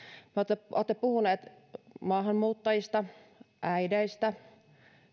te olette puhuneet maahanmuuttajista äideistä